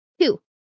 Two